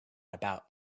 about